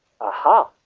Aha